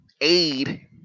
Aid